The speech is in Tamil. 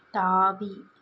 தாவி